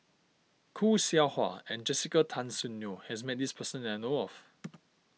Khoo Seow Hwa and Jessica Tan Soon Neo has met this person that I know of